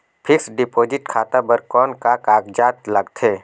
Fixed deposit खाता बर कौन का कागजात लगथे?